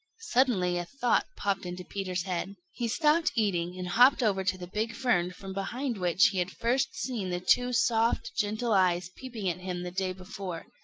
suddenly a thought popped into peter's head. he stopped eating and hopped over to the big fern from behind which he had first seen the two soft, gentle eyes peeping at him the day before.